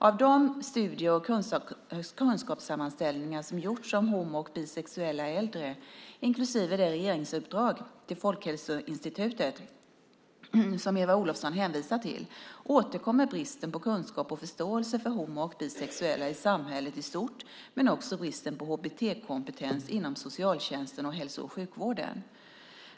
I de studier och kunskapssammanställningar som har gjorts om homo och bisexuella äldre, inklusive det regeringsuppdrag till Folkhälsoinstitutet som Eva Olofsson hänvisar till, återkommer bristen på kunskap om och förståelse för homo och bisexuella i samhället i stort men också bristen på HBT-kompetens inom socialtjänsten och hälso och sjukvården.